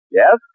yes